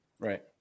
Right